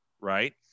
right